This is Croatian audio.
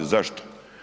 Zašto?